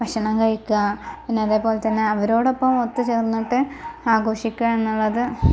ഭക്ഷണം കഴിക്കുക പിന്നെ അതെപോലെ തന്നെ അവരോടൊപ്പം ഒത്തുചേർന്നിട്ട് ആഘോഷിക്കുക എന്നുള്ളത്